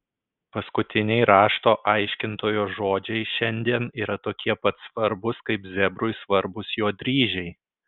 paskutiniai rašto aiškintojo žodžiai šiandien yra tokie pat svarbūs kaip zebrui svarbūs jo dryžiai